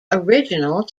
original